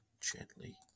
gently